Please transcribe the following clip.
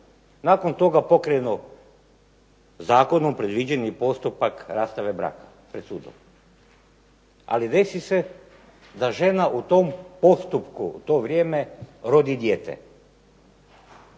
Nakon toga pokrenu zakonom predviđeni postupak rastave braka pred sudom, ali desi se da žena u tom postupku u to vrijeme rodi dijete.